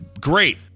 great